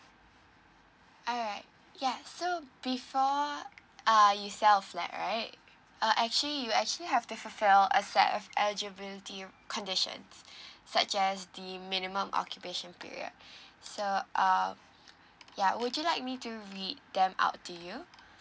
alright ya so before ah you sell a flat right uh actually you actually have to fulfill a set of eligibility conditions such as the minimum occupation period so um ya would you like me to read them out to you